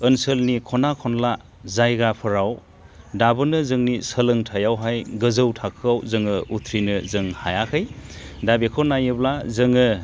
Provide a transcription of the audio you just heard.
ओनसोलनि खना खनला जायगाफोराव दाबोनो जोंनि सोलोंथायावहाय गोजौ थाखोआव जोङो उथ्रिनो जों हायाखै दा बेखौ नायोब्ला जोङो